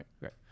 right